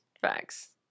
facts